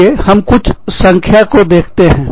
चलिए हम कुछ संख्या को देखते हैं